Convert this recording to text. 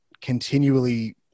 continually